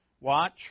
Watch